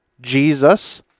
Jesus